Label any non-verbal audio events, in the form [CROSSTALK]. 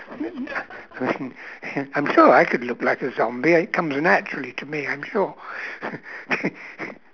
[NOISE] I mean I'm sure I could look like a zombie it comes naturally to me I'm sure [LAUGHS]